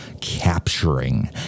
capturing